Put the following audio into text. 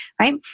Right